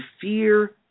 fear